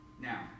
Now